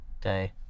Day